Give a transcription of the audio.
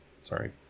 Sorry